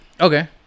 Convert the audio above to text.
Okay